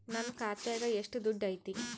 ನನ್ನ ಖಾತ್ಯಾಗ ಎಷ್ಟು ದುಡ್ಡು ಐತಿ?